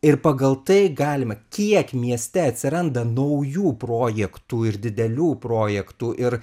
ir pagal tai galima kiek mieste atsiranda naujų projektų ir didelių projektų ir